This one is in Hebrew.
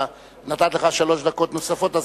נתתי לך שלוש דקות נוספות,